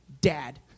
dad